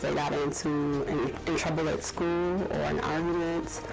they got into and trouble at school or an argument.